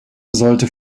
sollte